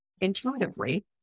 intuitively